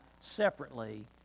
separately